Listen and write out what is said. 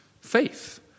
Faith